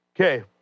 Okay